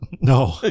No